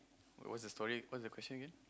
wait what's the story what's the question again